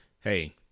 hey